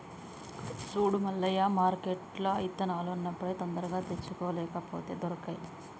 సూడు మల్లయ్య మార్కెట్ల ఇత్తనాలు ఉన్నప్పుడే తొందరగా తెచ్చుకో లేపోతే దొరకై